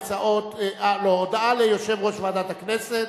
הודעה ליושב-ראש ועדת הכנסת,